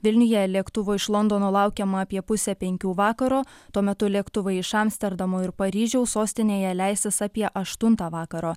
vilniuje lėktuvo iš londono laukiama apie pusę penkių vakaro tuo metu lėktuvai iš amsterdamo ir paryžiaus sostinėje leisis apie aštuntą vakaro